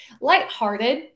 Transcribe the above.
lighthearted